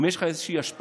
אם יש לך איזושהי השפעה,